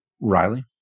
Riley